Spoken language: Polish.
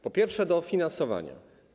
Po pierwsze, do finansowania.